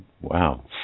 Wow